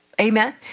amen